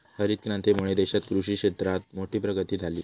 हरीत क्रांतीमुळे देशात कृषि क्षेत्रात मोठी प्रगती झाली